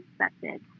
expected